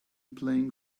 playing